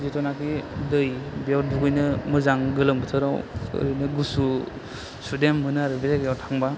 जिथुनाखि दै बेयाव दुगैनो मोजां गोलोम बोथोराव ओरैनो गुसु सुदेम मोनो आरो बे जायगायाव थाङोबा